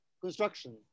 Construction